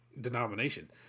denomination